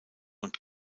und